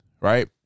right